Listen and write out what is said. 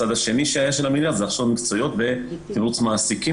הצד השני של המדינה של הכשרות מקצועיות ותמרוץ מעסיקים